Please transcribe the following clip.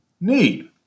need